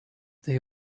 they